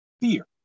fear